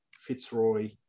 Fitzroy